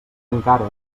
encara